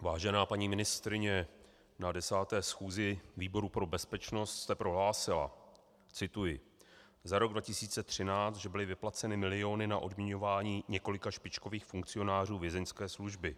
Vážená paní ministryně, na desáté schůzi výboru pro bezpečnost jste prohlásila cituji: Za rok 2013 byly vyplaceny miliony na odměňování několika špičkových funkcionářů Vězeňské služby.